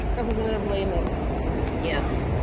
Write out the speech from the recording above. representative lehmann yes.